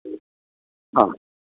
ആ